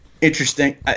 interesting